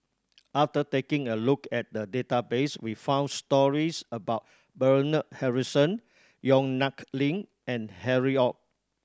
after taking a look at the database we found stories about Bernard Harrison Yong Nyuk Lin and Harry Ord